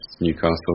Newcastle